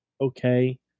okay